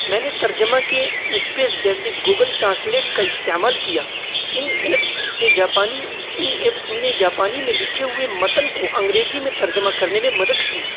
میں نے ترجمہ کے اسپیس جیسے گوگل ٹرانسلیٹ کا استعمال کیا ان ایپس کے جاپانی ان ایپس میں نے جاپانی میں لکھے ہوئے متن کو انگریزی میں ترجمہ کرنے میں مدد کی